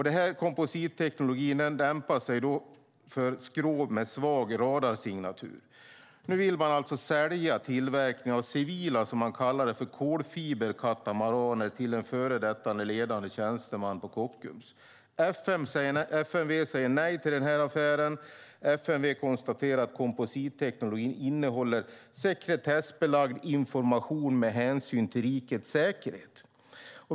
Denna kompositteknologi lämpar sig för skrov med svag radarsignatur. Nu vill man sälja tillverkningen av civila kolfiberkatamaraner till en före detta ledande tjänsteman på Kockums. FMV säger nej till affären och konstaterar att kompositteknologin innehåller sekretessbelagd information med hänsyn till rikets säkerhet.